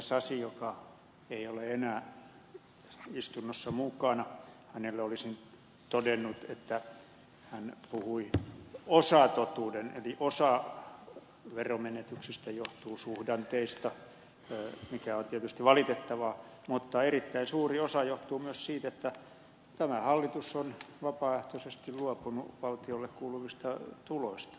sasille joka ei ole enää istunnossa mukana olisin todennut että hän puhui osatotuuden eli osa veromenetyksistä johtuu suhdanteista mikä on tietysti valitettavaa mutta erittäin suuri osa johtuu myös siitä että tämä hallitus on vapaaehtoisesti luopunut valtiolle kuuluvista tuloista